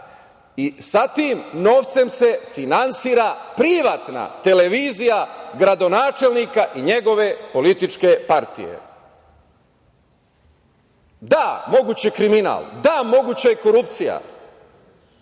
i sa tim novcem se finansira privatna televizija gradonačelnika i njegove političke partije. Da, mogući je kriminal. Da, moguća je korupcija. Ali,